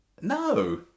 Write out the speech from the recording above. No